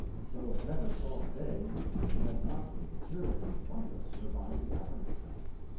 and so it never saw the day that it had not the material in abundance whereby to govern itself.